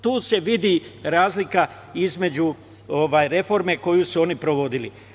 Tu se vidi razlika između reforme koju su oni sprovodili.